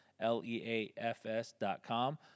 L-E-A-F-S.com